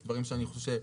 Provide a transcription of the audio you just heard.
אלו דברים שאני חושב.